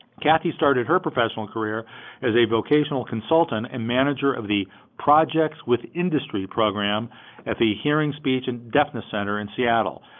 kathy started her professional career as a vocational consultant, and manager of the projects with industry program at the hearing, speech, and deafness center in seattle.